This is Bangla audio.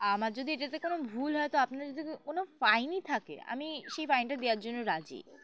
আমার যদি এটাতে কোনো ভুল হয় তো আপনার যদি কোনো ফাইনই থাকে আমি সেই ফাইনটা দেওয়ার জন্য রাজি